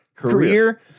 career